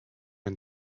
and